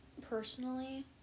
personally